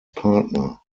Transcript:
partner